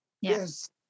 Yes